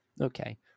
Okay